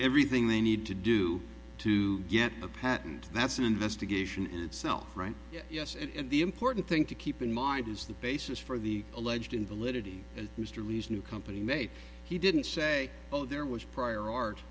everything they need to do to get a patent that's an investigation in itself right yes and the important thing to keep in mind is the basis for the alleged invalidity as mr lee's new company may he didn't say oh there was prior art